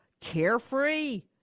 carefree